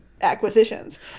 Acquisitions